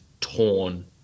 torn